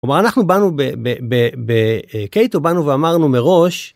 כלומר אנחנו באנו ב, ב, ב, ב... אה... קייטו, באנו ואמרנו מראש...